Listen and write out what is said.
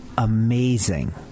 Amazing